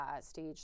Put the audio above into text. stage